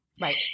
right